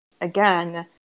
again